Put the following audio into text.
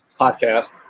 podcast